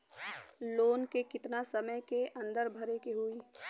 Loan के कितना समय के अंदर भरे के होई?